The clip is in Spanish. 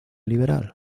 liberal